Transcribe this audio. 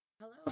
Hello